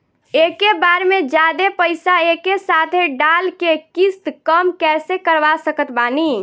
एके बार मे जादे पईसा एके साथे डाल के किश्त कम कैसे करवा सकत बानी?